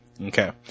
Okay